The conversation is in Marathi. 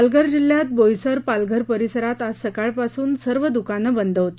पालघर जिल्ह्यात बोईसर पालघर परिसरात आज सकाळपासून सर्व दुकानं बंद होती